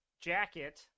jacket